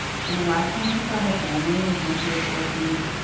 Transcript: and the last time she saw her family was when she was fourteen.